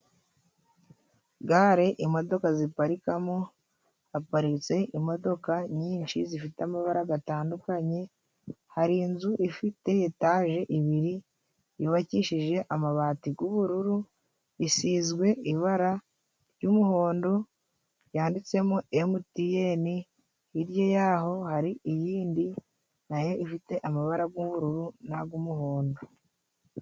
Gare imodoka ziparikamo, haparitse imodoka nyinshi zifite amabara gatandukanye hari inzu ifite etaje ibiri yubakishije amabati g'ubururu. Isizwe ibara ry'umuhondo ryanditsemo Emutiyeni, hirya yaho hari iyindi na yo ifite a inabarabu y'ubururu ntagaumuhondo.